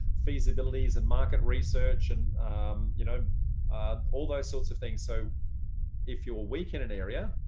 feasibilities and market research and you know all those sorts of things. so if you're weak in an area,